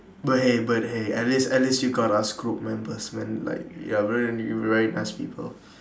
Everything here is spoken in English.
but hey but hey at least at least you got us group members man like ya very y~ very nice people